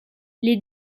les